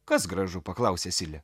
kas gražu paklausė silė